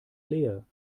leer